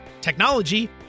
technology